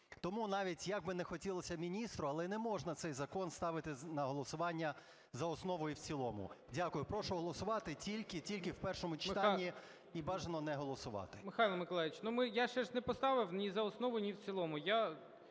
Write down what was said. Тому навіть, як би не хотілось міністру, але не можна цей закон ставити на голосування за основу і в цілому. Дякую. Прошу голосувати тільки в першому читанні. І бажано не голосувати. ГОЛОВУЮЧИЙ. Михайло Миколайович, ну, ми… Я ще ж не поставив ні за основу, ні в цілому.